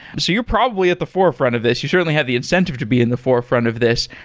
so you're probably at the forefront of this. you certainly have the incentive to be in the forefront of this.